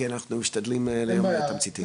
כי אנחנו משתדלים להיות פה היום תמציתיים.